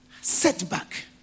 setback